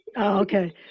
okay